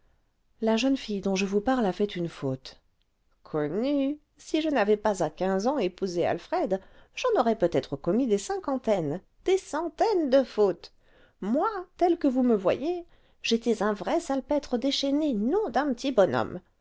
la jeune fille dont je vous parle a fait une faute connu si je n'avais pas à quinze ans épousé alfred j'en aurais peut-être commis des cinquantaines des centaines de fautes moi telle que vous ne voyez j'étais un vrai salpêtre déchaîné nom d'un petit bonhomme